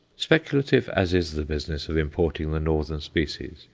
speculative as is the business of importing the northern species,